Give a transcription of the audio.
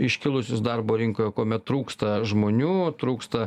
iškilusius darbo rinkoje kuomet trūksta žmonių trūksta